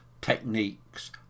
techniques